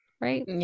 Right